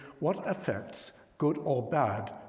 what affects, good or bad,